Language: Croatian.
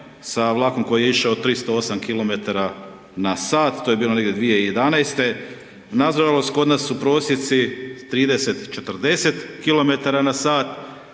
sa vlakom koji je išao 308 km/h. To je bilo negdje 2011. Nažalost, kod nas su prosjeci 30, 40 km/h,